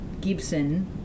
Gibson